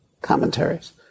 commentaries